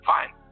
Fine